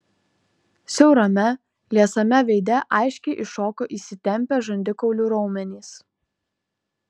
siaurame liesame veide aiškiai iššoko įsitempę žandikaulių raumenys